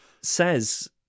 says